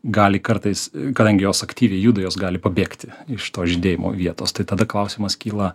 gali kartais kadangi jos aktyviai juda jos gali pabėgti iš tos žydėjimo vietos tai tada klausimas kyla